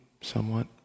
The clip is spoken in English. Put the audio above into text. somewhat